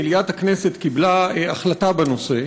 מליאת הכנסת קיבלה החלטה בנושא,